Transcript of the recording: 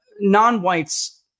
non-whites